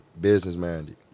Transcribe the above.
business-minded